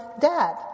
dad